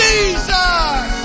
Jesus